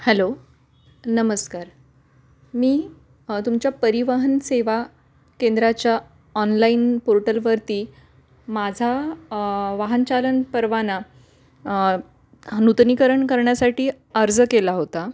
hello नमस्कार मी तुमच्या परिवहन सेवा केंद्राच्या ऑनलाईन पोर्टलवरती माझा वाहनचालन परवाना नूतनीकरण करण्यासाठी अर्ज केला होता